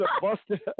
busted